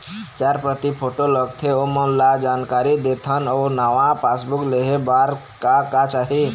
चार प्रति फोटो लगथे ओमन ला जानकारी देथन अऊ नावा पासबुक लेहे बार का का चाही?